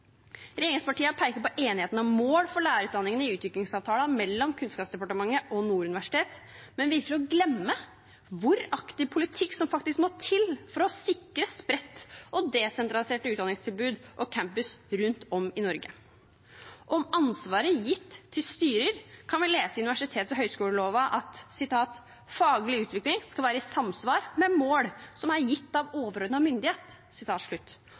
på enigheten om mål for lærerutdanningen i utviklingsavtalen mellom Kunnskapsdepartementet og Nord universitet, men virker å glemme hvor aktiv politikk som faktisk må til for å sikre spredte og desentraliserte utdanningstilbud og campuser rundt om i Norge. Om ansvaret gitt til styrer kan vi lese i universitets- og høyskoleloven at faglig utvikling skal være i samsvar med mål som er gitt av overordnet myndighet,